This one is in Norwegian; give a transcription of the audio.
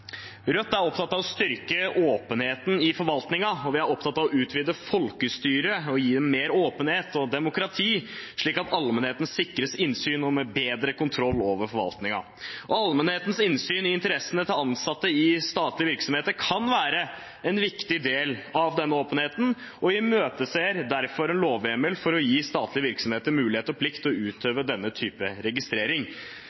Rødt er opptatt av å styrke åpenheten i forvaltningen. Vi er opptatt av å utvide folkestyret og gi det mer åpenhet og demokrati, slik at allmennheten sikres innsyn, og med bedre kontroll over forvaltningen. Allmennhetens innsyn i interessene til ansatte i statlige virksomheter kan være en viktig del av den åpenheten, og vi imøteser derfor en lovhjemmel for å gi statlige virksomheter mulighet og plikt til å